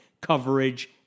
coverage